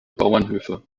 bauernhöfe